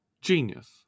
genius